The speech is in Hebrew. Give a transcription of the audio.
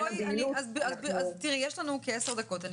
יש לנו כעשר דקות עד לסיום הדיון.